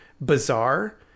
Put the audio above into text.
bizarre